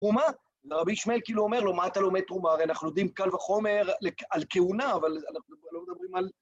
ומה? רבי שמואל כאילו אומר לו, מה אתה לומד תרומה, הרי אנחנו יודעים קל וחומר על כהונה, אבל אנחנו לא מדברים על...